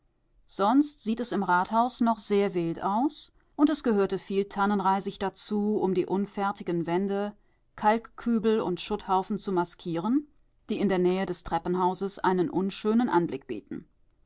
sonst sieht es im rathaus noch sehr wild aus und es gehörte viel tannenreisig dazu um die unfertigen wände kalkkübel und schutthaufen zu maskieren die in der nähe des treppenhauses einen unschönen anblick bieten